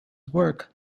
work